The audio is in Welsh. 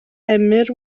emyr